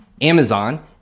Amazon